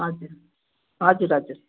हजुर हजुर हजुर